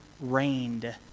rained